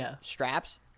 straps